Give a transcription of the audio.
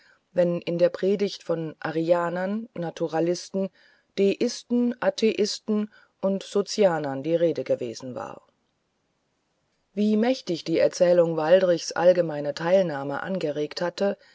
wenn in der predigt von arianern naturalisten deisten atheisten und sozinianern die rede gewesen war wie mächtig die erzählung waldrichs allgemeine teilnahme angeregt hatte